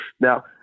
Now